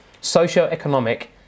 socio-economic